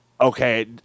Okay